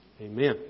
Amen